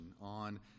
on